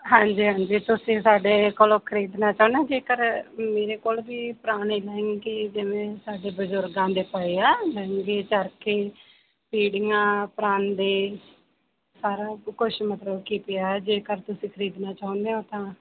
ਹਾਂਜੀ ਹਾਂਜੀ ਤੁਸੀਂ ਸਾਡੇ ਕੋਲੋਂ ਖਰੀਦਣਾ ਚਾਹੁੰਦੇ ਜੇਕਰ ਮੇਰੇ ਕੋਲ ਵੀ ਪੁਰਾਣੇ ਲਹਿੰਗੇ ਜਿਵੇਂ ਸਾਡੇ ਬਜ਼ੁਰਗਾਂ ਦੇ ਪਏ ਆ ਲਹਿੰਗੇ ਚਰਖੇ ਪੀੜੀਆਂ ਪ੍ਰਾਂਦੇ ਸਾਰਾ ਕੁਝ ਮਤਲਬ ਕਿ ਪਿਆ ਜੇਕਰ ਤੁਸੀਂ ਖਰੀਦਣਾ ਚਾਹੁੰਦੇ ਹੋ ਤਾਂ